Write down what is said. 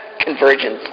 Convergence